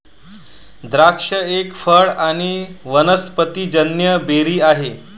द्राक्ष एक फळ आणी वनस्पतिजन्य बेरी आहे